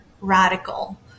radical